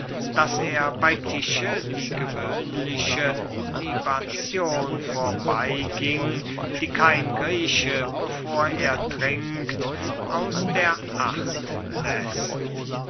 daß er bey tische die gewöhnliche libazion vorbeyging die kein grieche bevor er trinkt aus der acht läßt